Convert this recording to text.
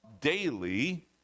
daily